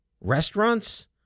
restaurants